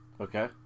Okay